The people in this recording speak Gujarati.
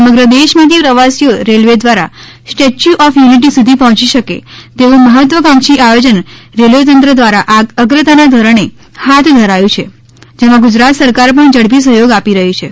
સમગ્ર દેશમાથી પ્રવાસીઓ રેલ્વે દ્વારા સ્ટેચ્યુ ઓફ યુનિટી સુધી પહોચી શકે તેવું મહત્વાકાંક્ષી આયોજન રેલ્વે તંત્ર દ્વારા અગ્રતાના ધોરણે હાથ ધરાયું છે જેમ ગુજરાત સરકાર પણ ઝડપી સહયોગ આપી રહી છે